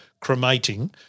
cremating